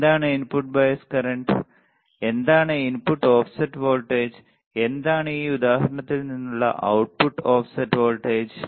എന്താണ് input bias current എന്താണ് input offset voltage എന്താണ് ഈ ഉദാഹരണത്തിൽ നിന്നുള്ള output ഓഫ്സെറ്റ് വോൾട്ടേജ്